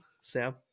Sam